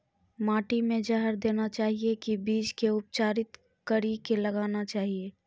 माटी मे जहर देना चाहिए की बीज के उपचारित कड़ी के लगाना चाहिए?